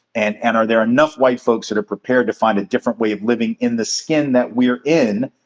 and and are there enough white folks that are prepared to find a different way of living in the skin that we are in,